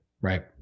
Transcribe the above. right